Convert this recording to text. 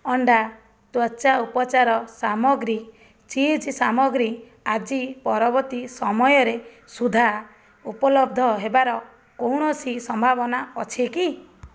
ଅଣ୍ଡା ତ୍ଵଚା ଉପଚାର ସାମଗ୍ରୀ ଚିଜ୍ ସାମଗ୍ରୀ ଆଜି ପରବର୍ତ୍ତୀ ସମୟରେ ସୁଦ୍ଧା ଉପଲବ୍ଧ ହେବାର କୌଣସି ସମ୍ଭାବନା ଅଛି କି